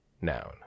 noun